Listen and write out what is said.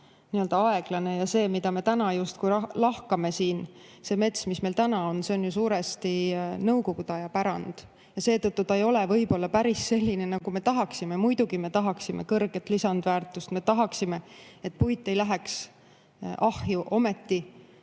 on väga aeglane. See, mida me täna justkui lahkame siin, see mets, mis meil täna on, on ju suuresti nõukogude aja pärand. Ja seetõttu ta ei ole võib-olla päris selline, nagu me tahaksime. Muidugi me tahaksime kõrget lisandväärtust, me tahaksime, et puit ei läheks ahju, ometi